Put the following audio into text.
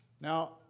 now